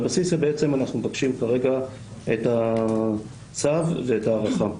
על בסיס זה אנחנו מבקשים כרגע את הצו ואת ההארכה.